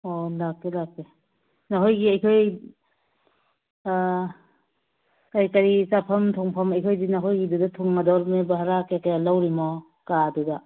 ꯑꯣ ꯂꯥꯛꯀꯦ ꯂꯥꯛꯀꯦ ꯅꯈꯣꯏꯒꯤ ꯑꯩꯈꯣꯏ ꯀꯔꯤ ꯀꯔꯤ ꯆꯥꯐꯝ ꯊꯣꯡꯐꯝ ꯑꯩꯈꯣꯏꯗꯤ ꯅꯈꯣꯏꯒꯤꯗꯨꯗ ꯊꯨꯡꯉꯗꯣꯔꯤꯝꯅꯦ ꯚꯔꯥ ꯀꯌꯥ ꯀꯌꯥ ꯂꯧꯔꯤꯝꯅꯣ ꯀꯥꯗꯨꯗ